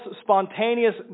spontaneous